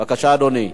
בבקשה, אדוני.